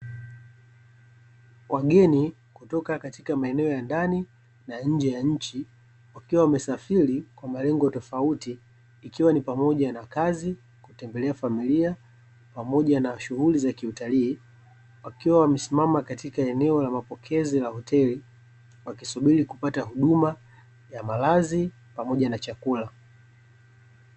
Wageni kutoka katika maeneo ya ndani na nje ya nchi wakiwa wamesafiri kwa malengo tofauti, ikiwa ni pamoja na kazi, kutembelea familia, pamoja na shughuli za kiutalii; wakiwa wamesimama katika eneo la mapokezi la hoteli, wakisubiri kupata huduma ya malazi pamoja na chakula.